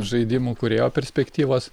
žaidimų kūrėjo perspektyvos